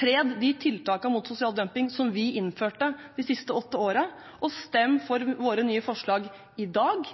Fred de tiltakene mot sosial dumping som vi innførte de siste åtte årene, og stem for våre nye forslag i dag